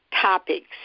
Topics